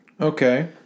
Okay